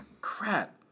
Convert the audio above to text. crap